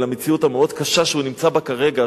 למציאות המאוד קשה שהוא נמצא בה כרגע,